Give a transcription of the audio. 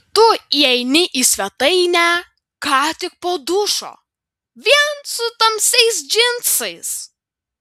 tu įeini į svetainę ką tik po dušo vien su tamsiais džinsais